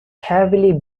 heavily